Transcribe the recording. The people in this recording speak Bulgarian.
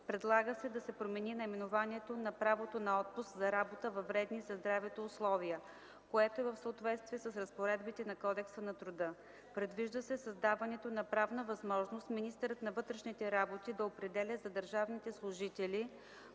Предлага се да се промени наименованието на правото на отпуск за работа във вредни за здравето условия, което е в съответствие с разпоредбите на Кодекса на труда. Предвижда се създаването на правна възможност министърът на вътрешните работи да определя за държавните служители